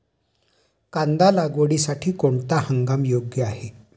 कांदा लागवडीसाठी कोणता हंगाम योग्य आहे?